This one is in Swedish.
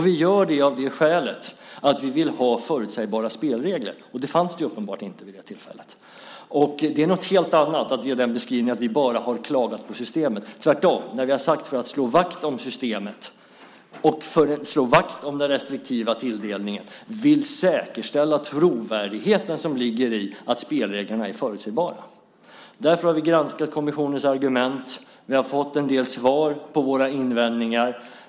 Vi gör det av det skälet att vi vill ha förutsägbara spelregler, och det fanns uppenbarligen inte vid det tillfället. Det är något helt annat än att ge den beskrivningen att vi bara har klagat på systemet. Vi har tvärtom sagt att vi, för att slå vakt om systemet och den restriktiva tilldelningen, vill säkerställa trovärdigheten som ligger i att spelreglerna är förutsägbara. Därför har vi granskat kommissionens argument. Vi har fått en del svar på våra invändningar.